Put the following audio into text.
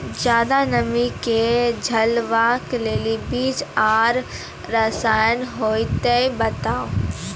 ज्यादा नमी के झेलवाक लेल बीज आर रसायन होति तऽ बताऊ?